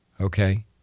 okay